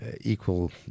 equal